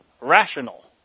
rational